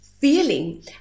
Feeling